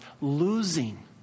Losing